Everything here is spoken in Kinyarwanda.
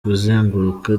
kuzenguruka